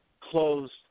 closed